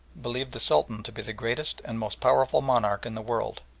believed the sultan to be the greatest and most powerful monarch in the world.